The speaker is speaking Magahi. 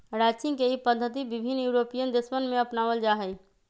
रैंचिंग के ई पद्धति विभिन्न यूरोपीयन देशवन में अपनावल जाहई